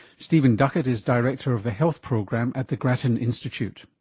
stephen duckett is director of the health program at the grattan institute.